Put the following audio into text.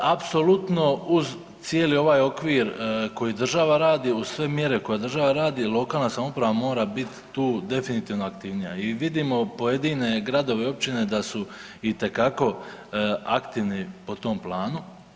Apsolutno uz cijeli ovaj okvir koji država radi, uz sve mjere koje država radi, lokalna samouprava mora bit tu definitivno aktivnija i vidimo pojedine gradove i općine da su itekako aktivni po tom planu.